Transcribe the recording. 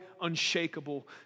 unshakable